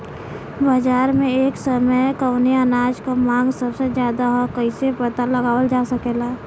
बाजार में एक समय कवने अनाज क मांग सबसे ज्यादा ह कइसे पता लगावल जा सकेला?